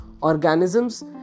Organisms